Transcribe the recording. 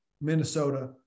Minnesota